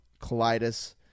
colitis